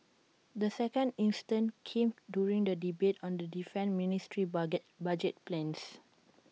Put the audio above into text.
the second instance came during the debate on the defence ministry's budget budget plans